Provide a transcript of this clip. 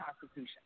constitution